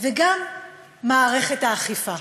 וגם מערכת האכיפה.